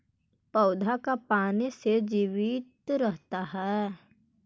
पौधा का पाने से जीवित रहता है?